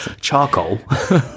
Charcoal